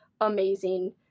amazing